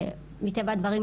ומטבע הדברים,